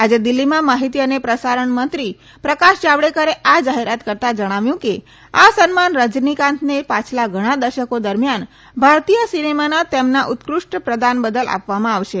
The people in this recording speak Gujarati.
આજે દિલ્હીમાં માહિતી અને પ્રસારત મંત્રી પ્રકાશ જાવડેકરે આ જાહેરાત કરતાં જણાવ્યું કે આ સન્માન રજનીકાંતને પાછલા ઘણા દશકો દરમિયાન ભારતીય સિનેમાના તેમના ઉત્કૃષ્ટ પ્રદાન બદલ આપવામાં આવશે